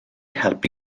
helpu